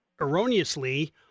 erroneously